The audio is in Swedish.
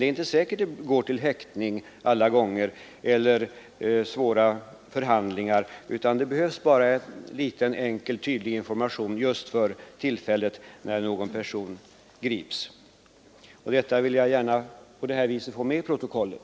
Det är inte säkert att det alla gånger går till häktning eller till svåra förhandlingar. Det behövs tills vidare bara en enkel och tydlig informationsfolder avsedd att överlämnas till personer i samband med det tillfälle då de gripits av polisen. Jag vill med mitt anförande få denna uppfattning tecknad till protokollet.